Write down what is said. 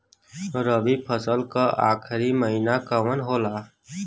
रवि फसल क आखरी महीना कवन होला?